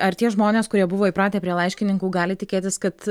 ar tie žmonės kurie buvo įpratę prie laiškininkų gali tikėtis kad